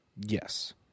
Yes